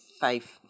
Faith